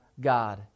God